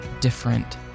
different